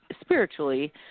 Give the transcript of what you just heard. spiritually